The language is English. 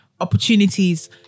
Opportunities